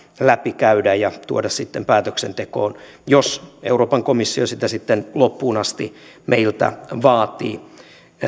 läpikäydä ja tuoda sitten päätöksentekoon jos euroopan komissio sitä sitten loppuun asti meiltä vaatii